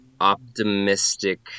optimistic